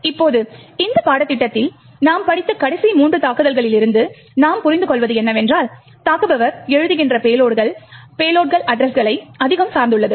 இப்போது இந்த பாடத்திட்டத்தில் நாம் படித்த கடைசி மூன்று தாக்குதல்களிலிருந்து நாம் புரிந்துகொள்வது என்னவென்றால் தாக்குபவர் எழுதுகின்ற பேலோடுகள் அட்ரஸ்களை அதிகம் சார்ந்துள்ளது